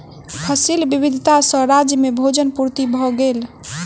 फसिल विविधता सॅ राज्य में भोजन पूर्ति भ गेल